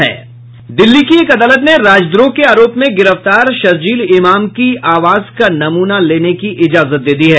दिल्ली की एक अदालत ने राजद्रोह के आरोप में गिरफ्तार शर्जिल इमाम के आवाज का नमूना लेने की इजाजत दे दी है